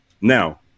Now